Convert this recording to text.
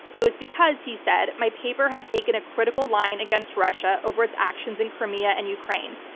it was because, he said, my paper had taken a critical line against russia over its actions in crimea and ukraine.